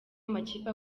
amakipe